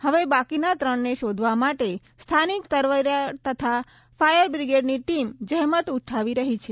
હવે બાકીના ત્રણને શોધવા માટે સ્થાનિક તરવૈયા તથા ફાયરબ્રિગેડની ટીમ જહેમત ઉઠાવી રહી છે